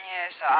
Yes